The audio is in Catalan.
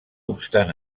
obstant